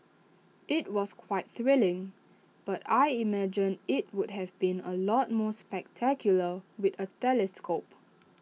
IT was quite thrilling but I imagine IT would have been A lot more spectacular with A telescope